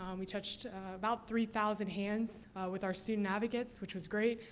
um we touched about three thousand hands with our student advocates, which was great.